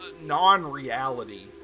non-reality